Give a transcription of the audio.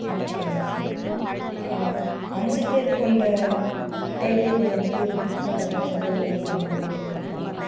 ஓகேங்க சார் ஆ அஞ்சு பேரு கொண்ட டேபுளு வந்து புக் பண்ணுற மாதிரி சலுகைகள் உங்கள் ஹோட்டலில் இருக்குதுதா